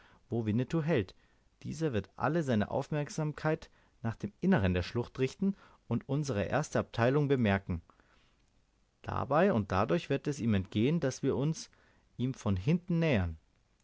wo winnetou hält dieser wird alle seine aufmerksamkeit nach dem innern der schlucht richten und unsere erste abteilung bemerken dabei und dadurch wird es ihm entgehen daß wir uns ihm von hinten nähern